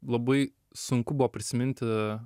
labai sunku buvo prisiminti